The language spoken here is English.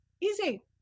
easy